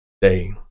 day